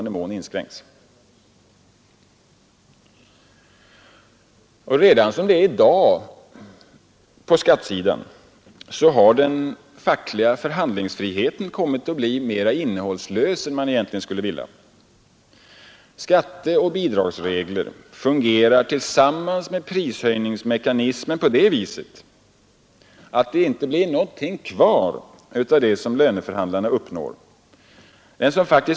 Men då regeringen satsar i så hög grad på just en utbyggnad av den offentliga sektorn och gör det utan några egentliga kraftåtgärder på det politiska planet, finns det anledning att göra några reflexioner om principerna i en sådan ekonomisk politik.